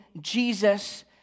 Jesus